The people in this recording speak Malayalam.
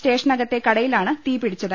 സ്റ്റേഷനകത്തെ കടയിലാണ് തീ പിടിച്ചത്